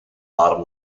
bottom